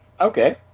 Okay